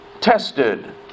tested